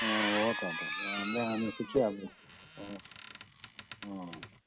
अँ हो अन्त अँ अँ